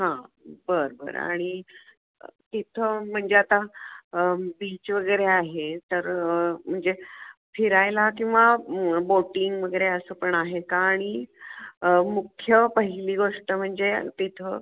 हां बरं बरं आणि तिथं म्हणजे आता बीच वगैरे आहे तर म्हणजे फिरायला किंवा म बोटिंग वगैरे असं पण आहे का आणि मुख्य पहिली गोष्ट म्हणजे तिथं